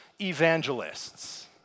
evangelists